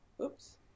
Oops